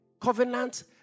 covenant